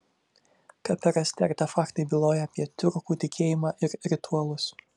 kape rasti artefaktai byloja apie tiurkų tikėjimą ir ritualus